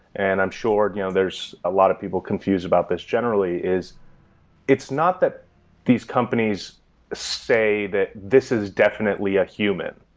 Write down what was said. and i'm sure you know there's a lot of people confused about this generally is it's not that these companies say that this is definitely a human,